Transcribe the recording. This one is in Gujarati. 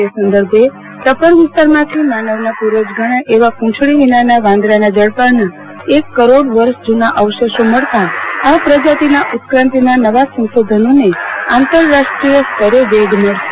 તે સદર્ભે ટપ્પર વિસ્તારમાંથી માનવના પર્વજ ગણાય એવા પૂછડો વિનાના વાંદરાના જડબાના એક કરોડ વર્ષ જૂના અવશેષો મળતા આ પ્રજાતિના ઉત્કાંતિના નવા સંશોધનોન આંતરરાષ્ટ્રીય સ્તરે વેગ મળશે